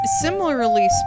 similarly